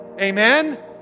Amen